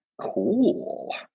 Cool